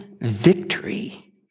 victory